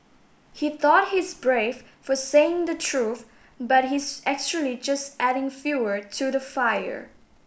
he thought he's brave for saying the truth but he's actually just adding to the fire